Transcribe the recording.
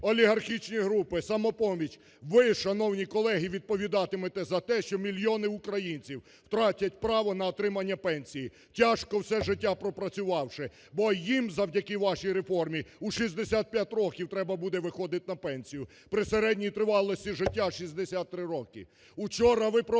олігархічні групи, "Самопоміч". Ви, шановні колеги, відповідатимете за те, що мільйони українців втратять право на отримання пенсій, тяжко все життя пропрацювавши, бо їм завдяки вашій реформі у 65 років треба буде виходити на пенсію, при середній тривалості життя 63 роки.